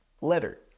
letter